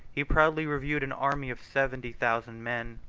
he proudly reviewed an army of seventy thousand men,